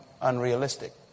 unrealistic